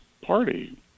party